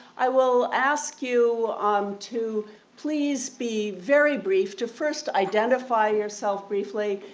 i will ask you um to please be very brief, to first identify yourself briefly,